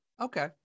Okay